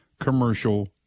commercial